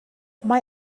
mae